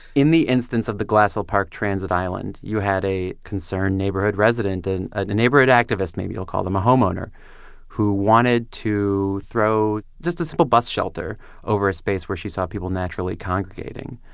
in the instance of the glassell park transit island, you had a concerned neighborhood resident and a neighborhood activist or maybe you'll call them a homeowner who wanted to throw just a simple bus shelter over a space where she saw people naturally congregating.